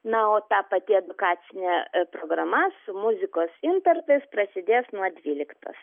na o ta pati edukacinė e programa su muzikos intarpais prasidės nuo dvyliktos